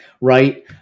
right